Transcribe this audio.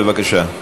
בבקשה.